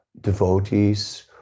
devotees